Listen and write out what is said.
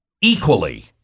equally